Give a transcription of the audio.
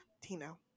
Tino